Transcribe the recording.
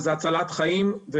וזה הצלת חיים,